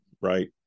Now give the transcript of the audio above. right